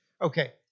Okay